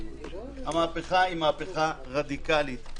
המהפכה היא רדיקלית.